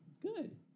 Good